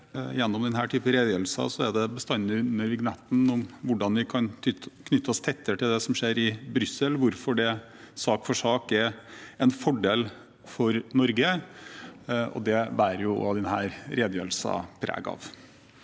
gjennom denne typen redegjørelser, er det bestandig under vignetten hvordan vi kan knytte oss tettere til det som skjer i Brussel, hvorfor det, sak for sak, er en fordel for Norge. Det bærer også denne redegjørelsen preg av.